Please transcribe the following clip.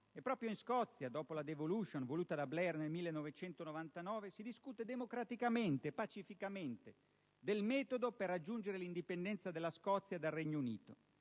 Proprio in Scozia, dopo la *devolution* voluta da Blair nel 1999, si discute democraticamente e pacificamente del metodo per raggiungere l'indipendenza della Scozia dal Regno Unito,